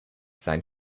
sein